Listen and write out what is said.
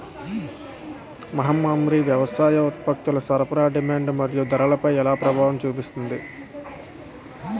మహమ్మారి వ్యవసాయ ఉత్పత్తుల సరఫరా డిమాండ్ మరియు ధరలపై ఎలా ప్రభావం చూపింది?